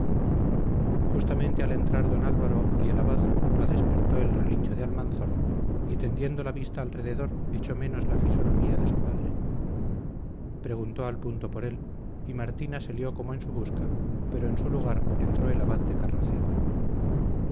justamente al entrar don álvaro y el abad la despertó el relincho de almanzor y tendiendo la vista alrededor echó menos la fisonomía de su padre preguntó al punto por él y martina salió como en su busca pero en su lugar entró el abad de carracedo